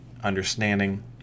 understanding